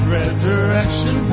resurrection